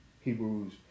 Hebrews